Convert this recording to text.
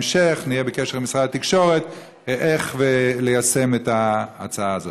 בהמשך נהיה בקשר עם משרד התקשורת איך ליישם את ההצעה הזאת.